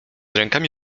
rękami